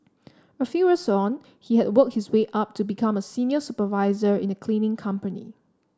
a few years on he has worked his way up to become a senior supervisor in a cleaning company